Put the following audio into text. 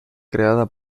creada